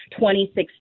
2016